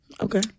Okay